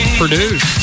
produced